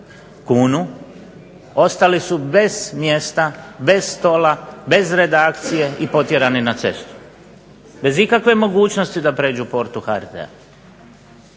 kunu, ostali su bez mjesta, bez stola, bez redakcije i potjerani na cestu bez ikakve mogućnosti da pređu portu HRT-a,